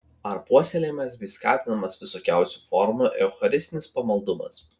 ar puoselėjamas bei skatinamas visokiausių formų eucharistinis pamaldumas